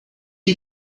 you